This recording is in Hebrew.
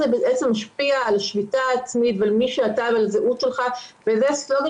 איך זה משפיע על שליטה עצמית ועל מי שאתה ועל הזהות שלך וזה סלוגן